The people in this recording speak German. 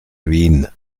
wien